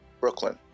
Brooklyn